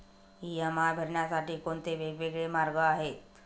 EMI भरण्यासाठी कोणते वेगवेगळे मार्ग आहेत?